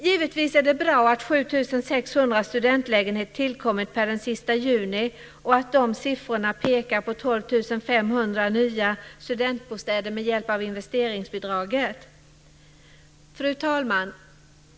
Givetvis är det bra att 7 600 studentlägenheter tillkommit per den sista juni och att de senaste siffrorna pekar på 12 500 nya studentbostäder med hjälp av investeringsbidraget. Fru talman!